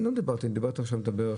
אני לא דיברתי עכשיו על זה.